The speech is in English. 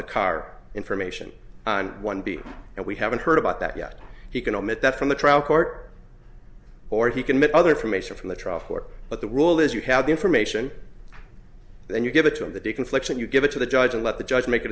the car information on one b and we haven't heard about that yet he can omit that from the trial court or he can get other information from the trial court but the rule is you have the information then you give it to him the day conflicts and you give it to the judge and let the judge make a